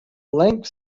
lengths